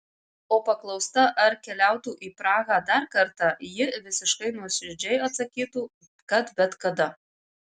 o paklausta ar keliautų į prahą dar kartą ji visiškai nuoširdžiai atsakytų kad bet kada